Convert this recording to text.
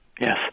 Yes